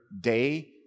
day